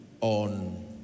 on